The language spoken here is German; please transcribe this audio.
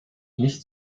nicht